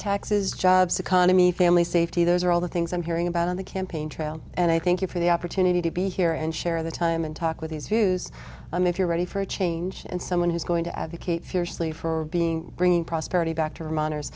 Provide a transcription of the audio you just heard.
taxes jobs economy family safety those are all the things i'm hearing about on the campaign trail and i thank you for the opportunity to be here and share the time and talk with these views i mean if you're ready for a change and someone who's going to advocate fiercely for being bringing prosperity